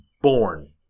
born